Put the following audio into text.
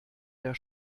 der